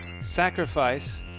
sacrifice